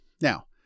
Now